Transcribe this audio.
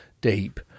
deep